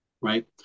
Right